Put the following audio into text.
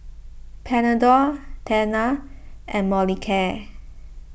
Panadol Tena and Molicare